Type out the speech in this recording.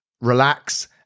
relax